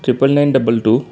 triple nine double two